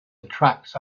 attracts